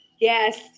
Yes